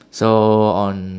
so on